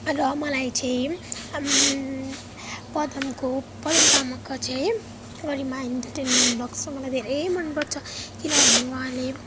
र मलाई चाहिँ पदमको पदम तामाङको चाहिँ गरिमा इन्टरटेनमेन्ट ब्लग्स चाहिँ मलाई धेरै मनपर्छ किनभने उहाँले